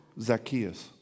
Zacchaeus